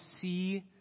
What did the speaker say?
see